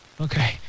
Okay